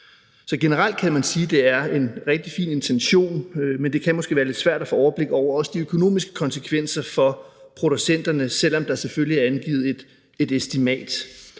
Generelt kan man sige, at det er en rigtig fin intention, men det kan måske være lidt svært at få overblik over de økonomiske konsekvenser for producenterne, selv om der selvfølgelig er angivet et estimat.